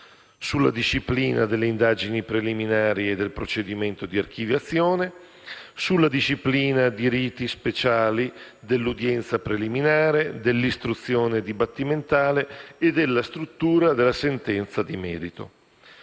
sulla disciplina delle indagini preliminari e del procedimento di archiviazione; sulla disciplina dei riti speciali, dell'udienza preliminare, dell'istruzione dibattimentale e della struttura della sentenza di merito;